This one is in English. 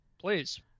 Please